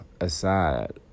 aside